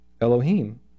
Elohim